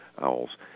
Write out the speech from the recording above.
owls